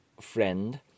friend